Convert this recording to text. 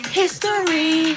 history